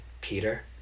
Peter